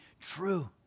true